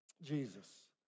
Jesus